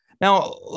Now